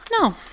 No